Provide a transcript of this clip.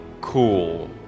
cool